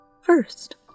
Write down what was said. First